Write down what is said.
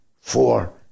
four